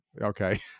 Okay